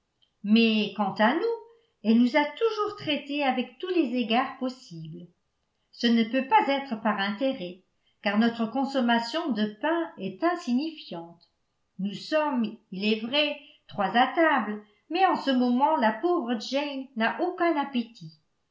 mais quant à nous elle nous a toujours traités avec tous les égards possibles ce ne peut pas être par intérêt car notre consommation de pain est insignifiante nous sommes il est vrai trois à table mais en ce moment la pauvre jane n'a aucun appétit